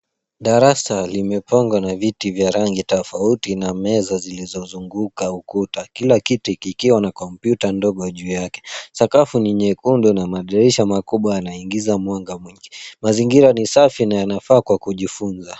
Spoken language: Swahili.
Darasa limepangwa na viti vya rangi tofauti na meza zilizozunguka ukuta, kila kiti kikiwa na kompyuta ndogo juu yake. Sakafu ni nyekundu na madirisha makubwa yanaingiza mwanga mwingi. Mazingira ni safi na yanafaa kwa kujifunza.